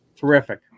Terrific